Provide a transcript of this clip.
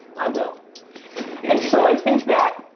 i will and so i think that,